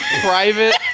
private